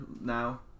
now